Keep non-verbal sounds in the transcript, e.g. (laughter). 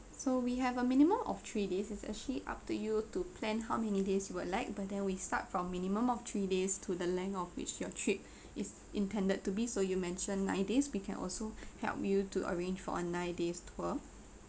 so we have a minimum of three days is actually up to you to plan how many days you would like but then we start from minimum of three days to the length of which your trip (breath) is intended to be so you mentioned nine days we can also (breath) help you to arrange for a nine days tour